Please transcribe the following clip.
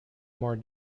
more